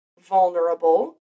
vulnerable